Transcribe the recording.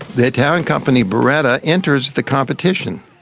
the italian company beretta enters the competition,